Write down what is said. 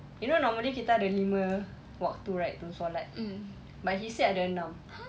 you know normally kita ada lima waktu right to solat but he said ada enam